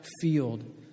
field